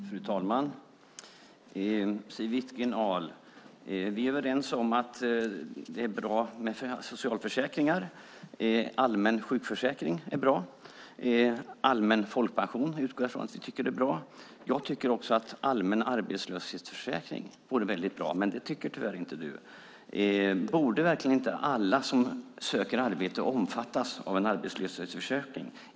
Fru talman! Siw Wittgren-Ahl och jag är överens om att det är bra med socialförsäkringar. Allmän sjukförsäkring är bra. Allmän folkpension utgår jag från att vi båda tycker är bra. Jag tycker också att allmän arbetslöshetsförsäkring vore bra, men det tycker tyvärr inte Siw Wittgren-Ahl. Borde inte alla som söker arbete omfattas av en arbetslöshetsförsäkring?